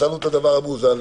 מצאנו את הדבר המאוזן.